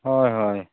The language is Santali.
ᱦᱚᱭ ᱦᱚᱭ